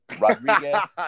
Rodriguez